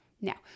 Now